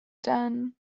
done